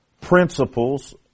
Principles